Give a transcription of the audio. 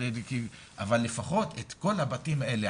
אבל לפחות את כל הבתים האלה,